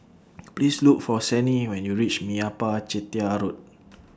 Please Look For Sannie when YOU REACH Meyappa Chettiar Road